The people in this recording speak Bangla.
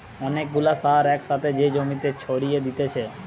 অনেক গুলা সার এক সাথে যে জমিতে ছড়িয়ে দিতেছে